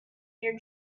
your